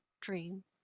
dream